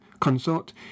consort